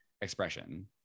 expression